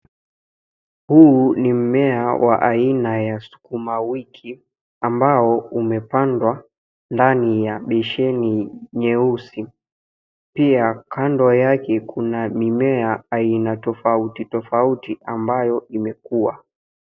Huu ni mmea wa aina ya sukuma wiki, ambao umepandwa ndani ya besheni nyeusi. Pia kando yake kuna mimea aina tofauti tofauti ambayo imekua.